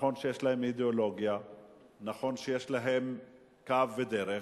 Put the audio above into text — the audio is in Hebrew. נכון שיש להן אידיאולוגיה ונכון שיש להן קו ודרך,